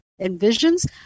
envisions